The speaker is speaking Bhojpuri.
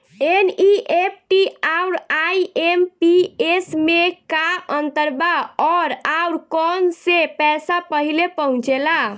एन.ई.एफ.टी आउर आई.एम.पी.एस मे का अंतर बा और आउर कौना से पैसा पहिले पहुंचेला?